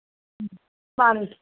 ꯎꯝ ꯃꯥꯅꯤ